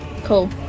Cool